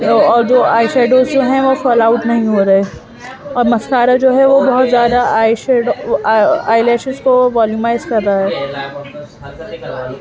اور جو eye shadows ہیں وہ فول آؤٹ نہیں ہو رہے ہیں اور مسکارا جو ہے وہ بہت زیادہ آئی شیڈ آئی لیشز کو ولیمائز کر رہا ہے